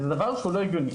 זה דבר שהוא לא הגיוני.